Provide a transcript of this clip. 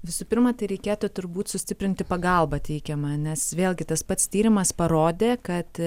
visų pirma tai reikėtų turbūt sustiprinti pagalbą teikiamą nes vėlgi tas pats tyrimas parodė kad